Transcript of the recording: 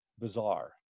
bizarre